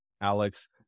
Alex